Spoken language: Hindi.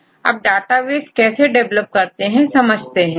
Refer Slide Time 1837 अब डेटाबेस कैसे डेवलप करते हैं समझते हैं